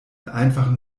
einfachen